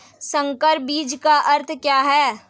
संकर बीज का अर्थ क्या है?